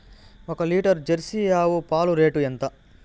ఒక litre Jersey ఆవు పాలు రేటు ఎంత?